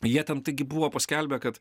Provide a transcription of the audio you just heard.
jie ten taigi buvo paskelbę kad